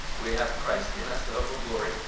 we have christ in us, the hope of glory.